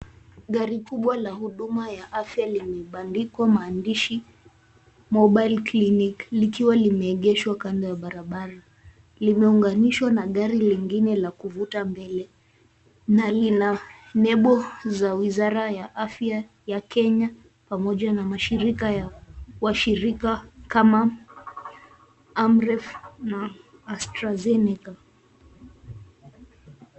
Gari kubwa la huduma ya afya limebandikwa maandishi Mobile Clinic likiwa limeegeshwa kando ya barabara. Limeunganishwa na gari lingine la kuvuta mbele na lina nembo za wizara ya afya ya Kenya pamoja na mashirika ya washirika kama AMREF na Astrazeneca.